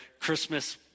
Christmas